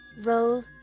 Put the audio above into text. Roll